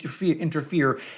interfere